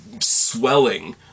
swelling